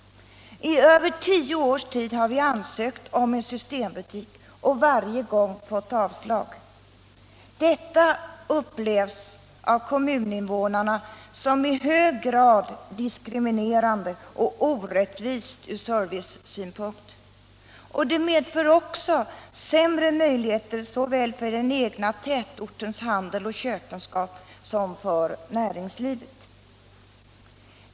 I över tio års tid har vi ansökt om en systembutik och varje gång fått avslag. Detta upplevs av kommuninvånarna som i hög grad diskriminerande och orättvist från servicesynpunkt. Det medför också sämre möjligheter såväl för den egna tätortens handel och köpenskap som för näringslivet.